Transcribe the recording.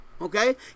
Okay